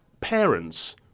Parents